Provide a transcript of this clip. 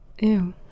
ew